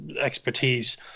expertise